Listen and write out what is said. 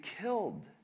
killed